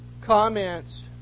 comments